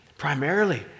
Primarily